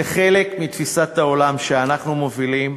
זה חלק מתפיסת העולם שאנחנו מובילים,